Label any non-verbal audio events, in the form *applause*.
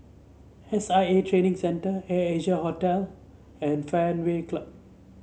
S I A Training Centre *unintelligible* Asia Hotel and Fairway Club